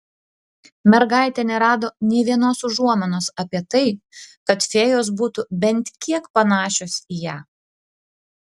mergaitė nerado nė vienos užuominos apie tai kad fėjos būtų bent kiek panašios į ją